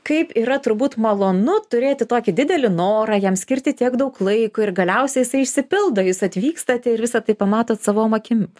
kaip yra turbūt malonu turėti tokį didelį norą jam skirti tiek daug laiko ir galiausiai jisai išsipildo jūs atvykstat ir visa tai pamatot savom akim